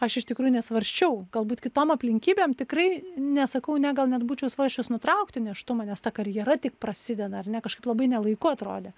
aš iš tikrųjų nesvarsčiau galbūt kitom aplinkybėm tikrai nesakau ne gal net būčiau svarsčiusi nutraukti nėštumą nes ta karjera tik prasideda ar ne kažkaip labai ne laiku atrodė